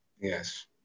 Yes